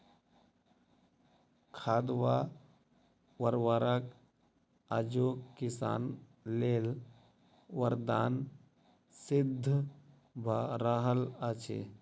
खाद वा उर्वरक आजुक किसान लेल वरदान सिद्ध भ रहल अछि